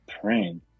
praying